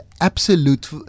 absolute